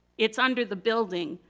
it's under the building,